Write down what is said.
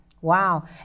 Wow